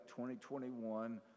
2021